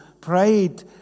prayed